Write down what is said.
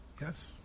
Yes